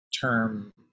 term